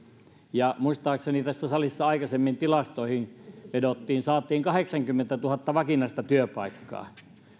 ja muistaakseni kun tässä salissa aikaisemmin tilastoihin vedottiin saatiin kahdeksankymmentätuhatta vakinaista työpaikkaa